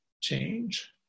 change